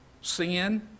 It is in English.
sin